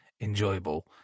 enjoyable